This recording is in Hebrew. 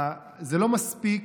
זה לא מספיק.